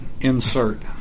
insert